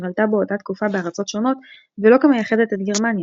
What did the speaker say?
עלתה באותה תקופה בארצות שונות ולא כמייחדת את גרמניה.